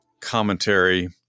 commentary